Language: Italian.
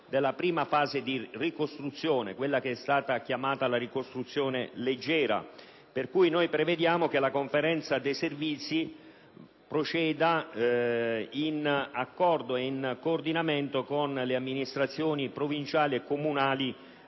della prima fase di ricostruzione, quella che è stata chiamata «la ricostruzione leggera». Prevediamo dunque che la Conferenza dei servizi proceda in accordo e in coordinamento con le amministrazioni provinciali e comunali